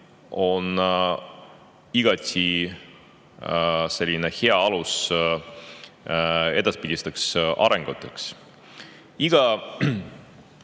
on igati hea alus edaspidisteks arenguteks. Iga